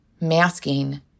masking